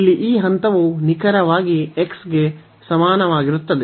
ಇಲ್ಲಿ ಈ ಹಂತವು ನಿಖರವಾಗಿ x ಗೆ ಸಮಾನವಾಗಿರುತ್ತದೆ